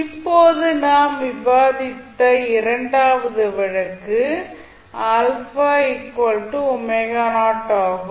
இப்போது நாம் விவாதித்த இரண்டாவது வழக்கு ஆகும்